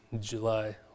July